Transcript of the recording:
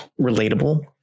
relatable